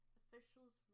officials